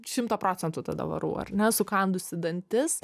šimto procentų tada varau ar ne sukandusi dantis